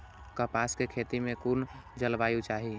कपास के खेती में कुन जलवायु चाही?